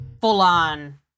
full-on